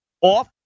off